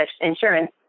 insurance